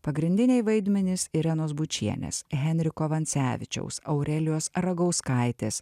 pagrindiniai vaidmenys irenos bučienės henriko vancevičiaus aurelijos ragauskaitės